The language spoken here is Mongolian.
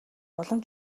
улам